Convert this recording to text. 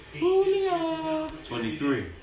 23